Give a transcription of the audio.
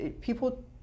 people